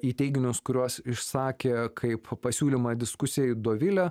į teiginius kuriuos išsakė kaip pasiūlymą diskusijai dovilė